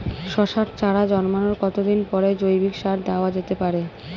শশার চারা জন্মানোর কতদিন পরে জৈবিক সার দেওয়া যেতে পারে?